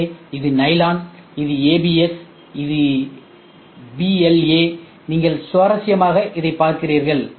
எனவே இது நைலான் இது ஏபிஎஸ் இது பிஎல்ஏ நீங்கள் சுவாரஸ்யமாக இதைப் பார்க்கிறீர்கள்